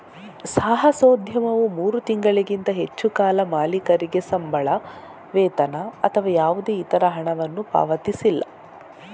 ಸಾಹಸೋದ್ಯಮವು ಮೂರು ತಿಂಗಳಿಗಿಂತ ಹೆಚ್ಚು ಕಾಲ ಮಾಲೀಕರಿಗೆ ಸಂಬಳ, ವೇತನ ಅಥವಾ ಯಾವುದೇ ಇತರ ಹಣವನ್ನು ಪಾವತಿಸಿಲ್ಲ